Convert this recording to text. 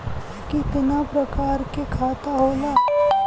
कितना प्रकार के खाता होला?